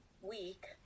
week